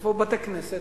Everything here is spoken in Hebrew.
איפה בתי-כנסת?